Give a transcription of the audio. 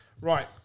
Right